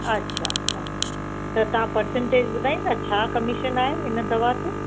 अच्छा अच्छा त तव्हां परसेंटेज ॿुधाईंदा छा कमीशन आहे इन दवा ते